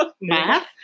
math